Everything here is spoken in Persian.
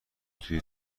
توی